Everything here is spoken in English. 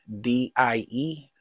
D-I-E